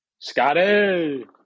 Scotty